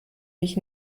mich